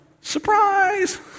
Surprise